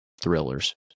thrillers